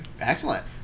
Excellent